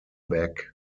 back